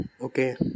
okay